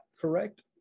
correct